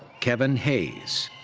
kevin hayes.